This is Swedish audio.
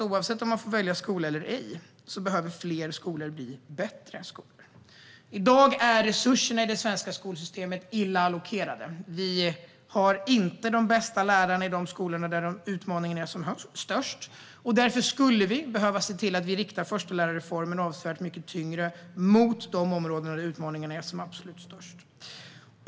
Oavsett om man får välja skola eller ej behöver dock fler skolor bli bättre skolor. I dag är resurserna i det svenska skolsystemet illa allokerade. Vi har inte de bästa lärarna i de skolor där utmaningarna är som störst. Därför skulle vi behöva rikta förstelärarreformen avsevärt mycket mer mot de områden där utmaningarna är som störst.